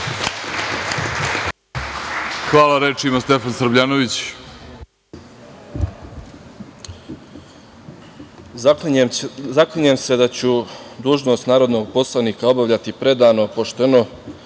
Srbljanović. **Stefan Srbljanović** Zaklinjem se da ću dužnost narodnog poslanik obavljati predano, pošteno,